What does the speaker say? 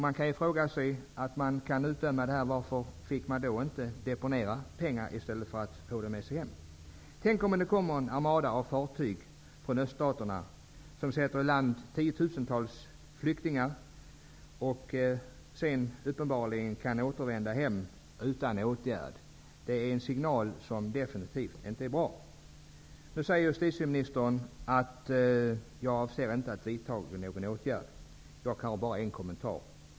Man kan fråga sig: Om de fick ett bötesstraff utdömt, varför smugglarna inte fick deponera pengar i stället för att ta med sig dem hem? Tänk om det nu kommer en armada av fartyg från öststaterna som sätter i land tiotusentals flyktingar och sedan uppenbarligen kan återvända hem utan åtgärd! Det är definitivt inte bra signaler. Justitieministern säger att hon inte avser att vidta några åtgärder.